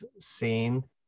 seen